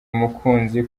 umukunzi